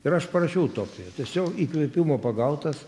ir aš parašiau utopiją tiesiog įkvėpimo pagautas